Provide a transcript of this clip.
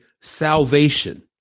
salvation